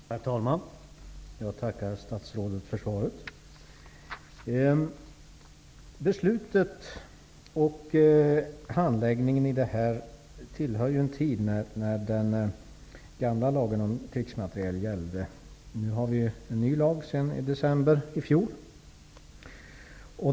Herr talman! Jag tackar statsrådet för svaret. Beslutet och handläggningen av det här ärendet tillhör den tid när den gamla lagen om krigsmateriel gällde. Nu har vi en ny lag sedan december i fjol.